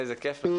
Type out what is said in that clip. איזה כיף לך.